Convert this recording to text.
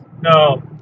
No